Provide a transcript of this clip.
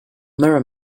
mirror